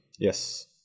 yes